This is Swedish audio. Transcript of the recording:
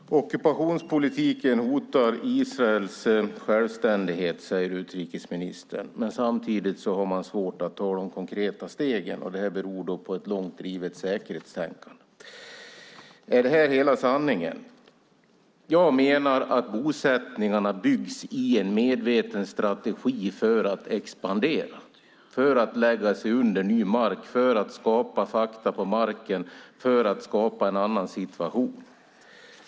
Herr talman! Ockupationspolitiken hotar Israels självständighet, säger utrikesministern. Men samtidigt har man svårt att ta de konkreta stegen, och det beror på ett långt drivet säkerhetstänkande. Är det hela sanningen? Jag menar att bosättningarna byggs i en medveten strategi för att expandera, för att lägga ny mark under sig, för att skapa fakta på marken och för att skapa en annan situation.